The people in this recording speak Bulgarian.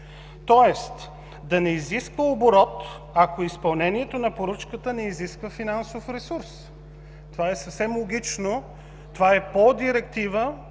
тоест да не изисква оборот, ако изпълнението на поръчката не изисква финансов ресурс. Това е съвсем логично. Това е по Директива